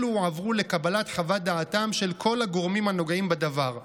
אלה הועברו לקבלת חוות דעתם של כל הגורמים המשפטיים